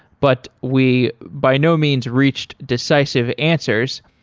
but we, by no means, reached decisive answers.